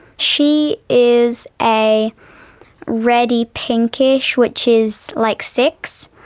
she is a red-y-pinkish, which is like six,